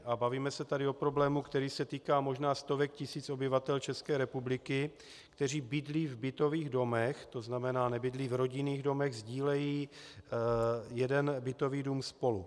A bavíme se tady o problému, který se týká možná stovek tisíc obyvatel České republiky, kteří bydlí v bytových domech, tzn. nebydlí v rodinných domech, sdílejí jeden bytový dům spolu.